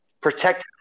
Protect